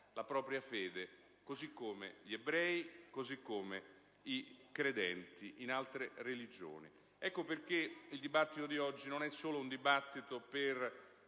la propria fede, così come gli ebrei e i credenti di altre religioni. Ecco perché il dibattito di oggi non è solo per